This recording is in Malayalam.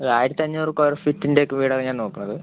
ഒരു ആയിരത്തഞ്ഞൂറ് സ്ക്വയർ ഫീറ്റിന്റെ ഒക്കെ വീടാണ് ഞാൻ നോക്കുന്നത്